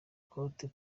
ikote